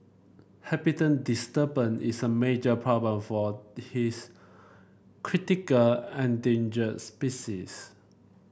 habitat disturbance is a major problem for his critical endangers species